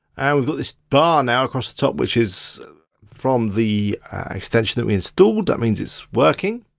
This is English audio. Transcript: and we've got this bar now across the top which is from the extension that we installed, that means it's working.